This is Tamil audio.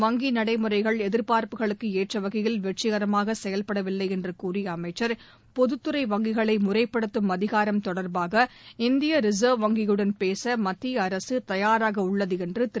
வங்கி நடைமுறைகள் எதிர்பார்ப்புகளுக்கு எற்றவகையில் வெற்றிகரமாக செயல்படவில்லை என்று கூறிய அமைச்சர் பொதுத்துறை வங்கிகளை முறைப்படுத்தும் அதிகாரம் தொடர்பாக இந்திய ரிசர்வ் வங்கியுடன் பேச மத்திய அரசு தயாராக உள்ளது என்று திரு